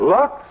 Lux